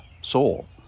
soul